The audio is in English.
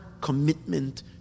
commitment